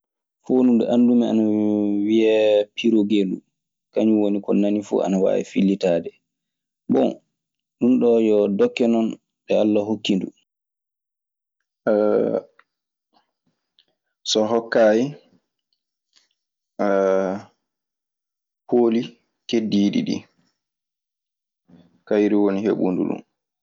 Foondu ndu anndumi ana wiyee pirongeendu kañun woni ko nani fuu ana waawi fillitaade. Bon ɗun ɗoo yo dokke non, e Alla hokki ndu so hokkaayi pooli keddiiɗi ɗii. Kayru woni heɓundu ɗun.